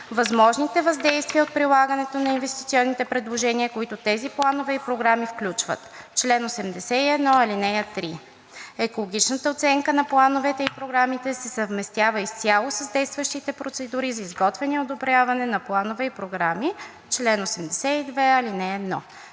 възможните въздействия от прилагането на инвестиционните предложения, които тези планове и програми включват – чл. 81, ал. 3. Екологичната оценка на плановете и програмите се съвместява изцяло с действащите процедури за изготвяне и одобряване на планове и програми – чл. 82, ал. 1.